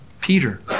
Peter